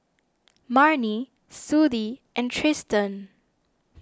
Marnie Sudie and Tristan